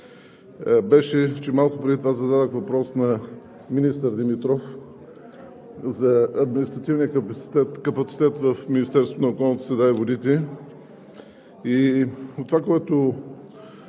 беше, че малко преди това зададох въпрос на министър Димитров за административния капацитет в Министерството на околната среда и водите